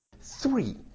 Three